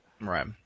Right